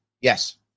Yes